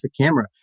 camera